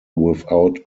without